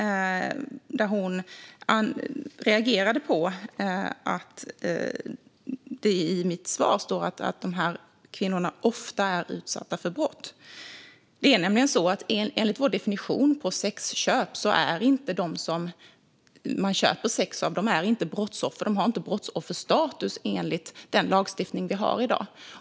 Hon reagerade på att det står i mitt svar att de här kvinnorna "ofta" är utsatta för brott. Enligt vår definition av sexköp är de som man köper sex av nämligen inte brottsoffer. De har inte brottsofferstatus enligt den lagstiftning vi har i dag.